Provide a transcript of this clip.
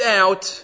out